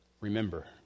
remember